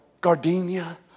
gardenia